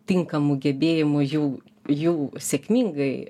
tinkamų gebėjimų jų jų sėkmingai